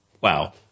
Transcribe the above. wow